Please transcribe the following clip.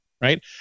right